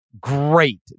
Great